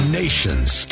nation's